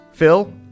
Phil